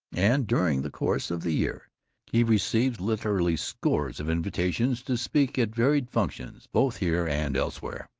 and during the course of the year he receives literally scores of invitations to speak at varied functions both here and elsewhere.